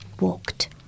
walked